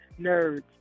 nerds